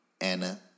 Anna